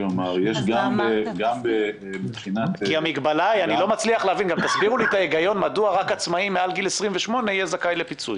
כי המגבלה היא- אני לא מבין למה עצמאי רק מעל גיל 28 יהיה זכאי לפיצוי.